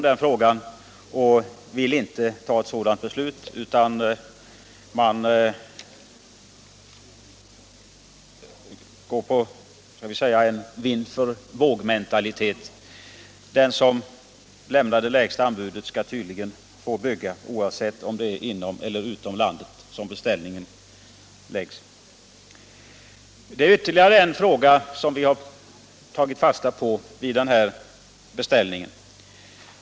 De vill inte ta ett sådant beslut utan går ifrån frågan och är mer benägna för en vind-för-våg-mentalitet: den som lämnar det lägsta anbudet skall tydligen få bygga fartyget, oavsett om beställningen kommer att läggas inom eller utom landet. Vi har tagit fasta på ytterligare en fråga vid den här beställningen.